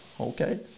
Okay